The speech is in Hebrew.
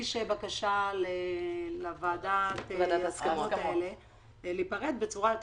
להגיש בקשה לוועדת ההסכמות להיפרד בצורה יותר